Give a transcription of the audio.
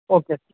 okay